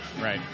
right